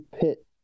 pit